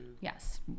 Yes